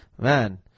man